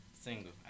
Single